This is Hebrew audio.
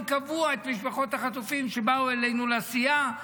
קבוע את משפחות החטופים שבאו אלינו לסיעה.